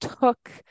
took